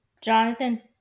Jonathan